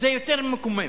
יותר מקומם,